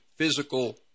physical